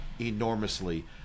enormously